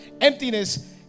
emptiness